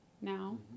now